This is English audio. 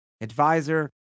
advisor